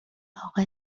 اقا